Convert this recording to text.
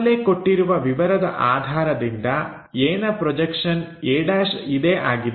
ಆಗಲೇ ಕೊಟ್ಟಿರುವ ವಿವರದ ಆಧಾರದಿಂದ A ನ ಪ್ರೊಜೆಕ್ಷನ್ a' ಇದೇ ಆಗಿದೆ